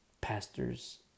Pastors